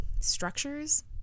structures